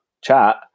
chat